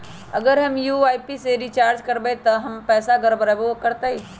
अगर हम यू.पी.आई से रिचार्ज करबै त पैसा गड़बड़ाई वो करतई?